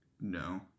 No